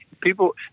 people